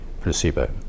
placebo